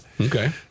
Okay